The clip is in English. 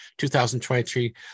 2023